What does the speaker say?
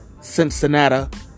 Cincinnati